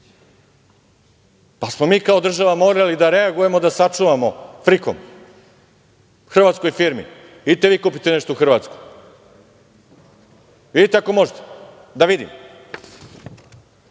Pa smo mi kao država morali da reagujemo da sačuvamo "Frikom", hrvatskoj firmi, idite vi kupite nešto u Hrvatskoj, idite ako možete, da